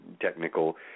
technical